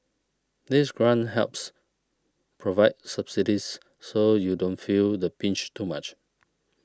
this grant helps provide subsidies so you don't feel the pinch too much